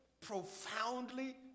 profoundly